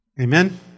Amen